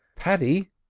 paddy,